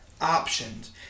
options